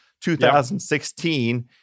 2016